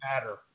matter